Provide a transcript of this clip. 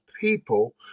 people